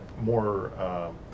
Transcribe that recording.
more